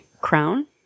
crown